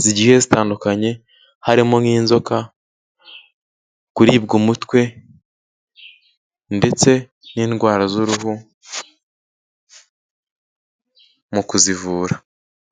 zigi zitandukanye harimo nk'inzoka kuribwa umutwe ndetse n'indwara z'uruhu mu kuzivura.